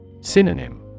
Synonym